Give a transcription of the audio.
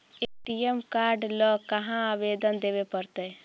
ATM card ल कहा आवेदन करे पड़तै?